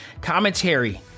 commentary